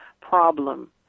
problem